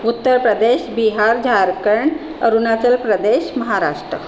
Uttar Pradesh Bihar Jharkhand Arunachal Pradesh Maharashtra